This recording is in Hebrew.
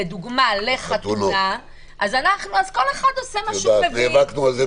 לדוגמה לחתונה, אז כל אחד עושה מה שהוא מבין.